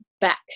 back